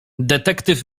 detektyw